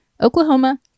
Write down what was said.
Oklahoma